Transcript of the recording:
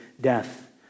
death